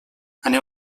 anem